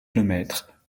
lemaitre